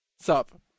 sup